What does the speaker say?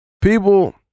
people